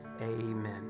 Amen